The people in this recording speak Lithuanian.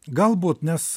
galbūt nes